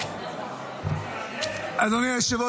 אדוני היושב-ראש,